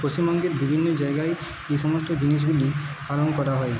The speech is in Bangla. পশ্চিমবঙ্গের বিভিন্ন জায়গায় এই সমস্ত জিনিসগুলি পালন করা হয়